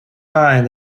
mind